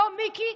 לא מיקי,